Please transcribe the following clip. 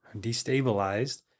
destabilized